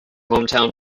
hometown